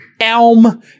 Elm